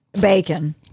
Bacon